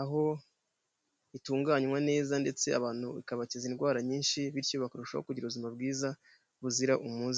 aho itunganywa neza ndetse abantu ikabakiza indwara nyinshi bityo bakarushaho kugira ubuzima bwiza buzira umuze.